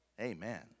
Amen